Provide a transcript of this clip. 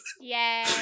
Yay